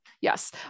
yes